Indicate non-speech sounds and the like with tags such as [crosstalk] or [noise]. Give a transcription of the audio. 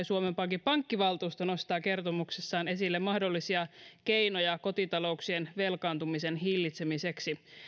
[unintelligible] suomen pankin pankkivaltuusto nostaa kertomuksessaan esille mahdollisia keinoja kotitalouksien velkaantumisen hillitsemiseksi